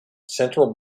central